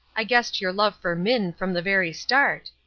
i guessed your love for minn from the very start.